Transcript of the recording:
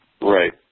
Right